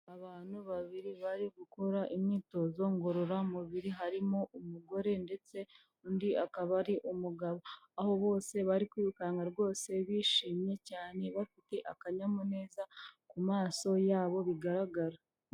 Abantu babiri bari gukora imyitozo ngororamubiri, harimo umugore ndetse undi akaba ari umugabo, aho bose bari kwirukanka rwose bishimye cyane bafite akanyamuneza ku maso yabo bigaragara.